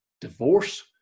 divorce